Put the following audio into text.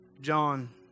John